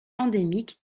endémiques